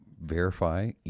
verify